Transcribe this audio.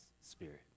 Spirit